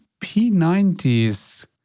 P90s